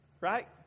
right